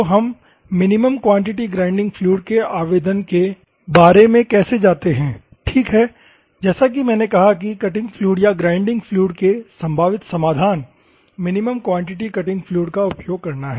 तो हम minimum quantity grinding fluid के आवेदन के बारे में कैसे जाते हैं ठीक है जैसा कि मैंने कहा कि कटिंग फ्लूइड या ग्राइंडिंग फ्लूइड के लिए संभावित समाधान मिनिमम क्वांटिटी कटिंग फ्लूइड का उपयोग करना है